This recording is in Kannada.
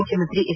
ಮುಖ್ಯಮಂತ್ರಿ ಎಚ್